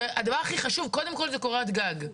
שהדבר הכי חשוב קודם כל זה קורת גג.